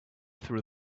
through